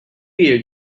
year